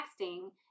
texting